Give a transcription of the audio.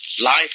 Life